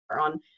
on